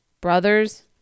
Brothers